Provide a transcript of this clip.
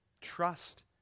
Trust